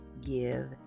give